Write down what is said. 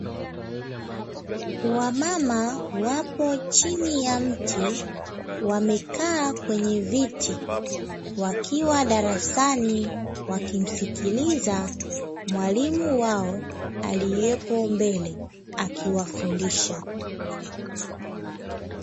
Wamama wapo chini ya mti wamekaa kwenye viti, wakiwa darasani wakimsikiliza mwalimu wao aliyepo mbele akiwafundisha.